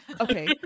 okay